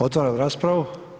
Otvaram raspravu.